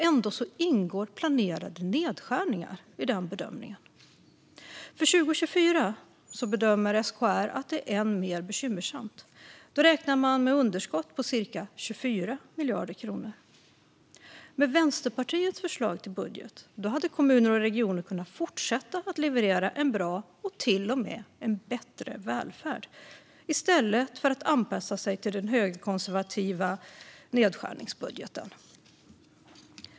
Ändå ingår planerade nedskärningar i den bedömningen. För 2024 bedömer SKR att det är än mer bekymmersamt; då räknar man med underskott på cirka 24 miljarder kronor. Med Vänsterpartiets förslag till budget hade kommuner och regioner kunnat fortsätta att leverera en bra - och till och med bättre - välfärd i stället för att behöva anpassa sig till den högerkonservativa nedskärningsbudgeten.